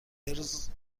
اِرز